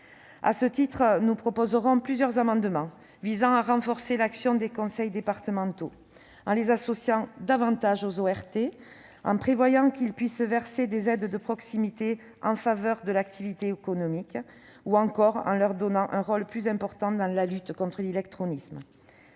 À ce titre, nous proposerons plusieurs amendements visant à renforcer l'action des conseils départementaux, en les associant davantage aux ORT, en prévoyant qu'ils puissent verser des aides de proximité en faveur de l'activité économique ou encore en leur donnant un rôle plus important dans la lutte contre l'illectronisme.